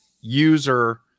user